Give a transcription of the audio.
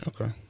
okay